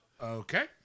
okay